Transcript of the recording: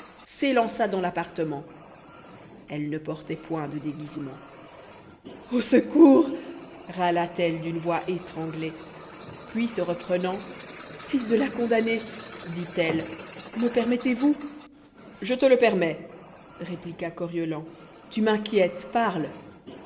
s'élança dans l'appartement elle ne portait point de déguisement au secours râla t elle d'une voix étrange puis se reprenant fils de la condamnée dit-elle me permettez-vous je te le permets répliqua coriolan tu m'inquiètes parle